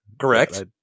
Correct